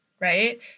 Right